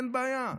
אין בעיה.